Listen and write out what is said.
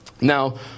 Now